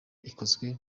ikozwe